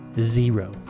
Zero